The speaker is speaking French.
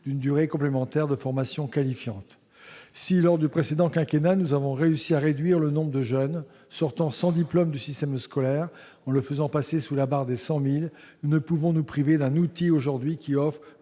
d'une durée complémentaire de formation qualifiante. Si au cours du précédent quinquennat nous avons réussi à réduire le nombre de jeunes sortant sans diplôme du système scolaire en le faisant passer en dessous de la barre des 100 000, nous ne pouvons aujourd'hui nous priver d'un outil qui offre